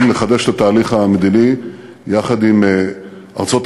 לחדש את התהליך המדיני יחד עם ארצות-הברית.